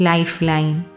Lifeline